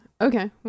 okay